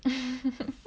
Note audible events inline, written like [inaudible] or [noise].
[laughs]